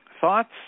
thoughts